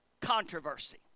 controversy